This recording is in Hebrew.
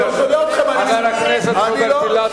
חבר הכנסת רוברט אילטוב.